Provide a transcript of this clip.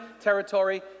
territory